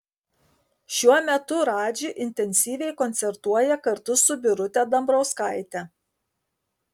šiuo metu radži intensyviai koncertuoja kartu su birute dambrauskaite